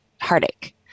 heartache